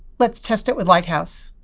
let's test it with lighthouse.